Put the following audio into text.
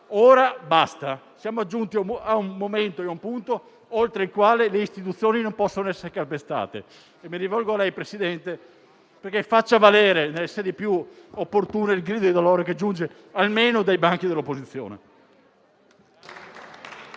Ora basta, siamo giunti a un momento e a un punto oltre i quali le istituzioni non possono essere calpestate. Mi rivolgo a lei, signor Presidente, perché faccia valere nelle sedi più opportune il grido di dolore che giunge almeno dai banchi dell'opposizione.